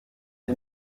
den